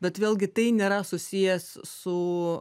bet vėlgi tai nėra susijęs su